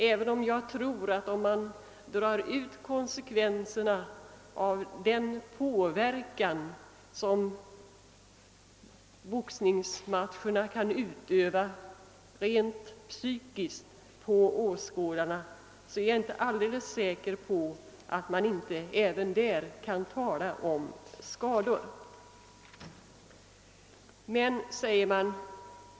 Men med hänsyn till konsekvenserna av den påverkan som boxningsmatcherna kan ha på åskådarna rent psykiskt, är jag inte alldeles säker på att det inte även där kan uppstå skador.